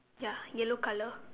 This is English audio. ya yellow colour